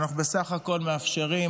ואנחנו בסך הכול מאפשרים